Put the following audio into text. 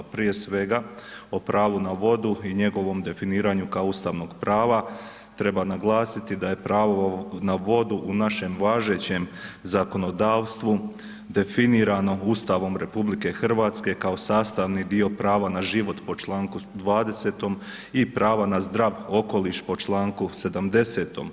Prije svega, o pravu na vodu i njegovom definiranju kao ustavnog prava treba naglasiti da je pravo na vodu u našem važećem zakonodavstvu definirano Ustavom RH kao sastavni dio prava na život po čl. 20. i prava na zdrav okoliš po čl. 70.